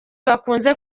bakunze